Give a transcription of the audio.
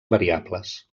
variables